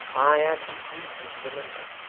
i had deep reason to remember.